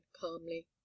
calmly